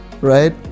right